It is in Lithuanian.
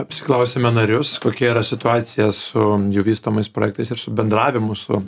apsiklausiame narius kokia yra situacija su jų vystomais projektais ir su bendravimu su